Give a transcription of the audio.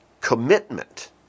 Commitment